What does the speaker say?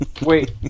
Wait